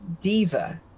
diva